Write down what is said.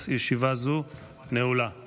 אימות זהות או איתור של גופה, נעדר או